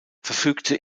verfügte